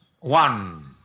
one